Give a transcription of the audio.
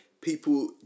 people